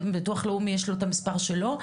ביטוח לאומי יש לו את המספר שלו.